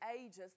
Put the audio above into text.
ages